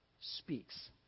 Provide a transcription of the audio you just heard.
speaks